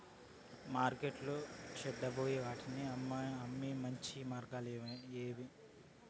మార్కెట్టులో చెడిపోయే వాటిని అమ్మేకి మంచి మార్గాలు ఏమేమి